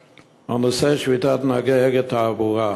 הנושא: שביתת נהגי "אגד תעבורה".